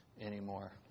anymore